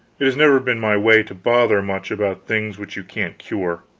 it has never been my way to bother much about things which you can't cure.